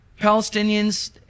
Palestinians